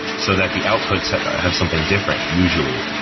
so that the outputs have something different usually.